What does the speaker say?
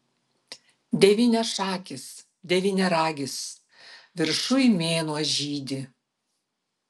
devyniašakis devyniaragis viršuj mėnuo žydi